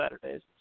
Saturdays